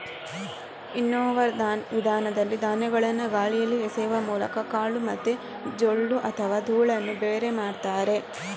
winnower ವಿಧಾನದಲ್ಲಿ ಧಾನ್ಯಗಳನ್ನ ಗಾಳಿಯಲ್ಲಿ ಎಸೆಯುವ ಮೂಲಕ ಕಾಳು ಮತ್ತೆ ಜೊಳ್ಳು ಅಥವಾ ಧೂಳನ್ನ ಬೇರೆ ಮಾಡ್ತಾರೆ